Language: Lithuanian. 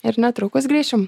ir netrukus grįšim